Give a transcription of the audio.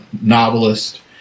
novelist